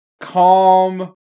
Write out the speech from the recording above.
calm